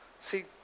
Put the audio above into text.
see